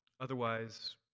Otherwise